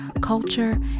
culture